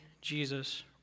Jesus